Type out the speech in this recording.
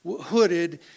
hooded